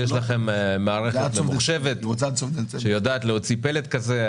שיש לכם מערכת ממוחשבת שיודעת להוציא פלט כזה.